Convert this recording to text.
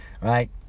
right